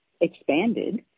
expanded